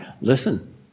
Listen